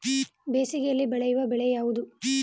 ಬೇಸಿಗೆಯಲ್ಲಿ ಬೆಳೆಯುವ ಬೆಳೆ ಯಾವುದು?